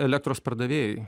elektros pardavėjai